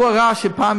הוא ראה שפעם